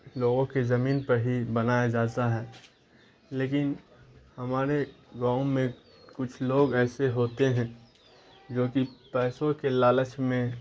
لوگوں کے زمین پر ہی بنایا جاتا ہے لیکن ہمارے گاؤں میں کچھ لوگ ایسے ہوتے ہیں جو کہ پیسوں کے لالچ میں